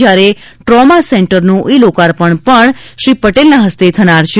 જયારે ટ્રોમા સેન્ટરનું ઇ લોકાર્પણ પણ શ્રી પટેલના હસ્તે થનાર છે